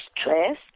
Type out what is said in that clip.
stress